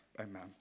Amen